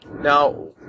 Now